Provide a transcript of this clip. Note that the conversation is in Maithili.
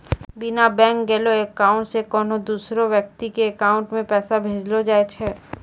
बिना बैंक गेलैं अकाउंट से कोन्हो दोसर व्यक्ति के अकाउंट मे पैसा भेजलो जाय छै